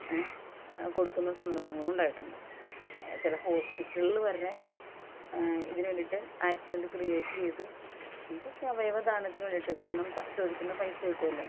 കൊടുക്കുന്ന സന്ദർഭങ്ങളും ഉണ്ടായിട്ടുണ്ട് ചില ഹോസ്പിറ്റലുകൾ വരെ ഇതിന് വേണ്ടിയിട്ട് ആക്സിഡൻറ്റ് ക്രിയേറ്റ് ചെയ്ത് എന്നച്ച അവയവ ദാനത്തിന് വേണ്ടിയിട്ട് കാരണം ചോദിക്കുന്ന പൈസ കിട്ടുമല്ലോ